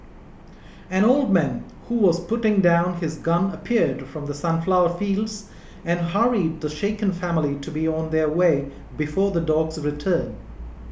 an old man who was putting down his gun appeared from the sunflower fields and hurried the shaken family to be on their way before the dogs return